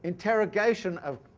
interrogation of,